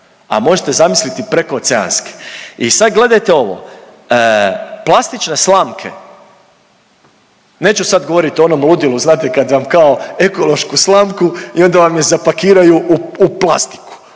A možete zamisliti prekooceanske. I sad gledajte ovo, plastične slamke. Neću sad govorit o onom ludilu, znate kad vam kao ekološku slamku i onda vam ju zapakiraju u plastiku.